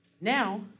Now